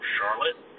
Charlotte